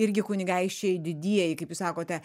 irgi kunigaikščiai didieji kaip jūs sakote